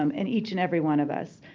um and each and every one of us.